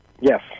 Yes